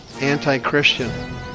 anti-Christian